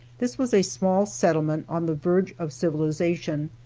this was a small settlement on the verge of civilization,